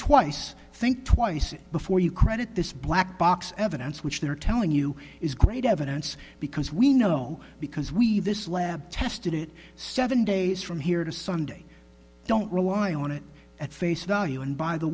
twice think twice before you credit this black box evidence which they're telling you is great evidence because we know because we've this lab tested it seven days from here to sunday don't rely on it at face value and by the